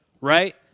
right